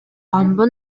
гомбо